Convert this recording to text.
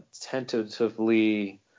tentatively